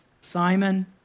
Simon